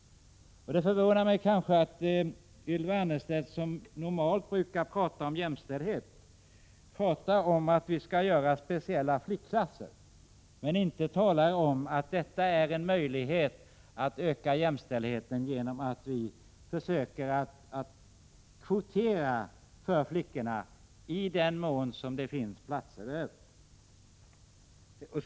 Det förvånar mig att Ylva Annerstedt, som normalt brukar tala om jämställdhet, nu säger att det skall inrättas speciella flickplatser. Hon talar emellertid inte om att en möjlighet att öka jämställdheten är att kvotera för flickorna i den mån det finns platser över.